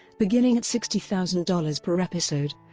beginning at sixty thousand dollars per episode,